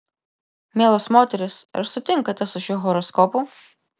mielos moterys ar sutinkate su šiuo horoskopu